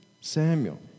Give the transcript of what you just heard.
Samuel